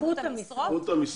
איכות המשרות.